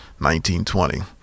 1920